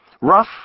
Rough